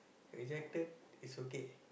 rejected it's okay